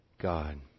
God